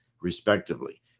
respectively